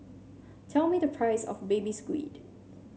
tell me the price of Baby Squid